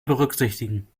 berücksichtigen